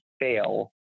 fail